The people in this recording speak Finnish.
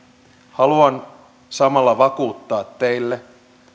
haluan samalla vakuuttaa teille